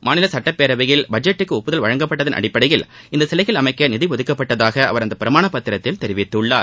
மாநில சுட்டப் பேரவையில் பட்ஜெட்டுக்கு ஒப்புதல் வழங்கப்பட்டதன் அடிப்படையில் இந்த சிலைகளை அமைக்க நிதி ஒதுக்கப்பட்டதாக அவர் அந்த பிரமாணப் பத்திரத்தில் தெரிவித்குள்ளார்